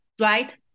Right